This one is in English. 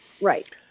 Right